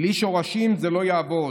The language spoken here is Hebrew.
בלי שורשים זה לא יעבוד.